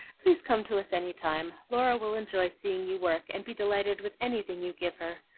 please come to us any time. laura will enjoy seeing you work, and be delighted with anything you give her.